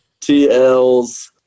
TLs